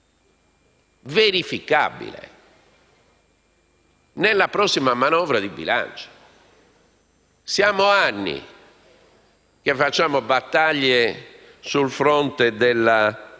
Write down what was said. verificabile nella prossima manovra di bilancio. Sono anni che facciamo battaglie sul fronte della